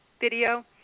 video